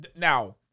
now